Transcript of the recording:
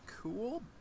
cool